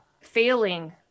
failing